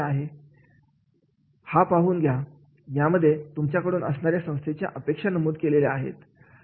आहे हा पाहून घ्या यामध्ये तुमच्याकडून असणारे संस्थेच्या अपेक्षा नमूद केलेले आहेत